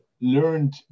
learned